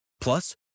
Plus